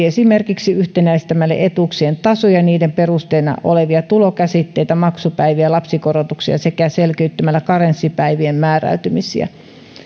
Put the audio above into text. esimerkiksi yhtenäistämällä etuuksien tasoja niiden perusteena olevia tulokäsitteitä maksupäiviä ja lapsikorotuksia sekä selkeyttämällä karenssipäivien määräytymisiä